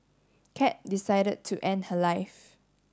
cat decided to end her life